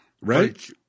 right